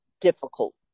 difficult